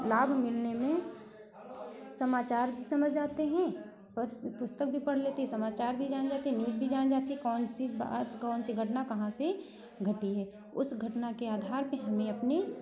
लाभ मिलने में समाचार भी समझ आते हैं और पुस्तक भी पढ़ लेते हैं समाचार भी जान जाते हैं न्यूज भी जान जाते हैं कौन सी बात कौन सी घटना कहाँ पे घटी है उस घटना के आधार पे हमें अपने